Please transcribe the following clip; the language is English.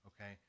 Okay